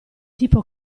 tipo